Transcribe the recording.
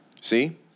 See